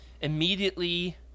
immediately